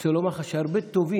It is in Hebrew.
ואני רוצה לומר לך שהרבה טובים